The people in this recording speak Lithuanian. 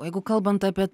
o jeigu kalbant apie